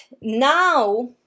Now